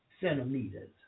centimeters